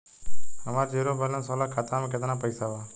हमार zero balance वाला खाता में केतना पईसा बा?